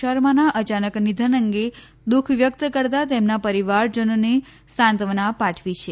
શર્માના અયાનક નિધન અંગે દુઃખ વ્યક્ત કરતા તેમના પરિવારજનોને સાંત્વના પાઠવી છે